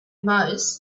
most